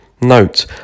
Note